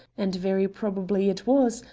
and very probably it was,